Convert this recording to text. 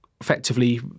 effectively